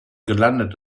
gelandet